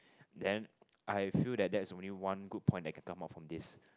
then I feel that that's only one good point that can come out from this